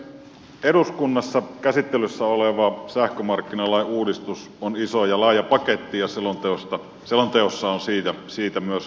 eduskunnassa käsittelyssä oleva sähkömarkkinalain uudistus on iso ja laaja paketti ja selonteossa on siitä myös kannanottoja